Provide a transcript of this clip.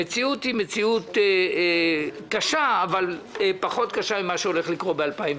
המציאות קשה אבל פחות קשה מאשר מה שהולך לקרות ב-2020.